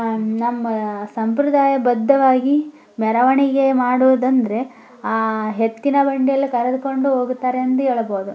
ನಮ್ಮ ಸಂಪ್ರದಾಯಬದ್ಧವಾಗಿ ಮೆರವಣಿಗೆ ಮಾಡುವುದಂದರೆ ಎತ್ತಿನ ಬಂಡಿಯಲ್ಲಿ ಕರೆದುಕೊಂಡು ಹೋಗುತ್ತಾರೆ ಎಂದು ಹೇಳಬೋದು